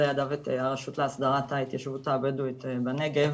לידיו את הרשות להסדרת ההתיישבות הבדואית בנגב